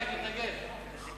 תתנגד.